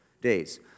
days